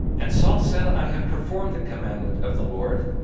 and saul said, i have performed the commandment of the lord.